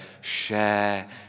share